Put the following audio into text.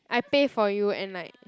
I pay for you and like